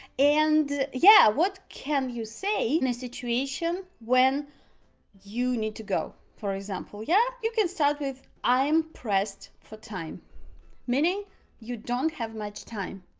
and yeah, what can you say in a situation when you need to go, for example? yeah you can start with i'm pressed for time meaning you don't have much time,